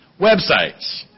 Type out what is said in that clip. websites